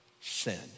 sin